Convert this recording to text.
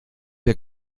dir